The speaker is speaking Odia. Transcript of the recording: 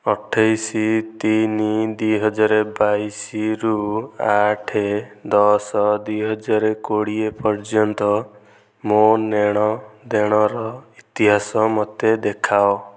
ଅଠେଇଶ ତିନି ଦୁଇ ହଜାର ବାଇଶରୁ ଆଠ ଦଶ ଦୁଇହଜାର କୋଡ଼ିଏ ପର୍ଯ୍ୟନ୍ତ ମୋ ନେଣ ଦେଣର ଇତିହାସ ମୋତେ ଦେଖାଅ